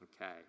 Okay